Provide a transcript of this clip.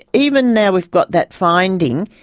even now we've got that finding,